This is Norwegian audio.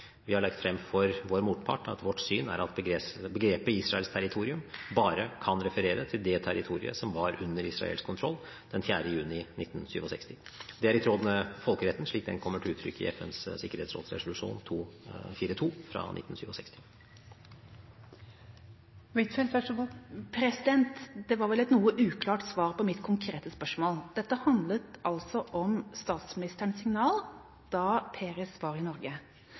Vi har lagt frem for vår motpart at vårt syn er at begrepet «Israels territorium» bare kan referere til det territoriet som var under israelsk kontroll den 4. juni 1967. Dette er i tråd med folkeretten slik den kommer til uttrykk i FNs sikkerhetsråds resolusjon 242 fra 1967. Det var vel et noe uklart svar på mitt konkrete spørsmål. Dette handlet altså om statsministerens signal da Peres var i Norge.